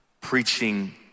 Preaching